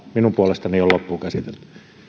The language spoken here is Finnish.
minun puolestani on loppuun käsitelty